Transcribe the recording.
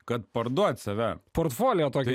kad parduot save portfolio tokį